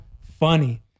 funny